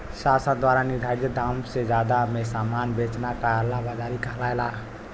शासन द्वारा निर्धारित दाम से जादा में सामान बेचना कालाबाज़ारी कहलाला